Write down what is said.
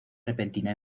repentina